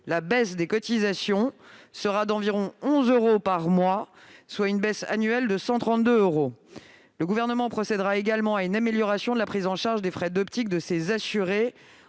la baisse des cotisations sera d'environ 11 euros par mois, soit une baisse annuelle de 132 euros. Le Gouvernement procédera également à une amélioration de la prise en charge des frais d'optique de ces assurés.